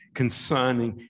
concerning